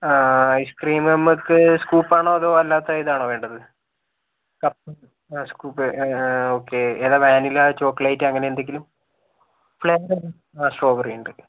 ആ ഐസ്ക്രീം നമുക്ക് സ്കൂപ്പാണോ അതോ അല്ലാത്ത ഇതാണോ വേണ്ടത് കപ്പ് ആ സ്കൂപ് ഓക്കേ ഏതാ വാനില ചോക്ലേറ്റ് അങ്ങനെന്തെങ്കിലും ഫ്ലേവർ ആ സ്ട്രൗബെറിയുണ്ട്